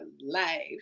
life